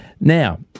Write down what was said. Now